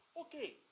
Okay